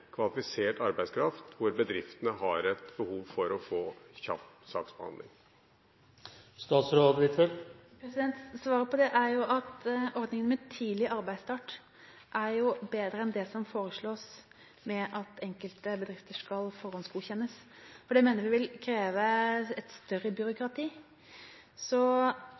kvalifisert arbeidskraft hvor bedriftene har et behov for å få kjapp saksbehandling? Svaret på det er at ordningen med «tidlig arbeidsstart» er bedre enn det som foreslås, at enkelte bedrifter skal forhåndsgodkjennes, for det mener vi vil kreve et større byråkrati.